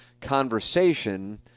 conversation